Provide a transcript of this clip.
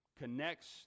connects